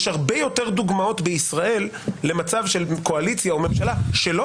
יש הרבה יותר דוגמאות בישראל למצב של קואליציה או ממשלה שלא